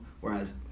whereas